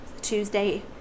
Tuesday